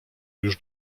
już